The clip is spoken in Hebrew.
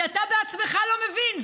שאתה בעצמך לא מבין,